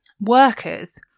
workers